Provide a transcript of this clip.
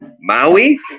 Maui